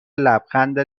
لبخند